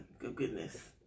goodness